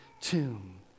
tomb